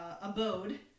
abode